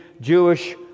Jewish